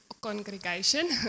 Congregation